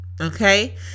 okay